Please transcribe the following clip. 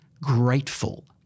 grateful